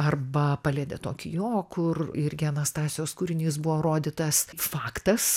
arba palietė tokį jo kur irgi anastasijos kūrinys buvo rodytas faktas